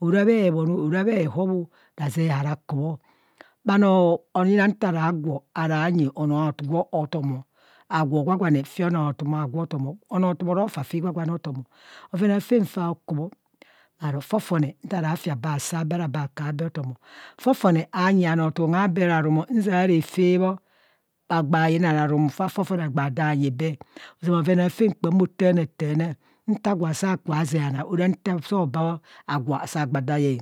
ora bhe bhon, ora bhe hobo, razee haora ku bho. Bhanoo, ayena nta agwo aranyi onoo tom agwo otom agwo gwagwane, fi anoo tom o. Bhoven aafen faa ku bho aro fofone nta fe abee kaa bee ara bee saa bee otum o, fo fone aanyi onoo tom aabee rarum o nzia refe bho bha gba yina rarumo fa fone fone gbaa daa nyi bee. Ozama bhoven aafam kpam bho taana taana, nta gwen aasa ku bho aze ana ara nto soo bha bho agwo aasa gba da yee